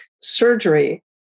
surgery